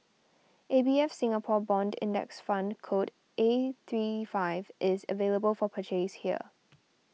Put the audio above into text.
A B F Singapore Bond Index Fund code A three five is available for purchase here